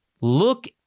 Look